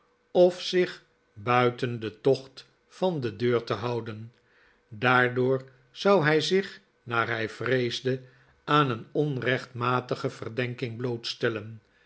of zich buiten den tocht van de deur te houden daardoor zou hij zich naar hij vreesde aan een onrechtmatige verdenking